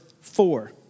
four